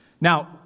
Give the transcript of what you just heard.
Now